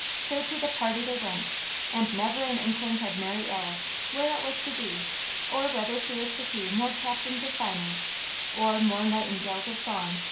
so to the party they went and never an inkling had mary alice where it was to be or whether she was to see more captains of finance or more nightingales of song,